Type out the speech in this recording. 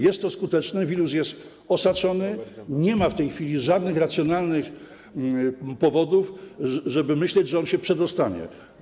Jest to skuteczne, wirus jest osaczony, nie ma w tej chwili żadnych racjonalnych powodów, żeby myśleć, że on się przedostanie.